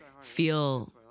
feel